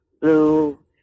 blue